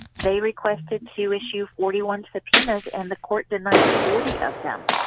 they requested to issue forty one subpoenas and the court denied forty of them.